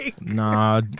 Nah